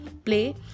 play